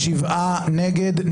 הצבעה לא אושרו.